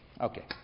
Okay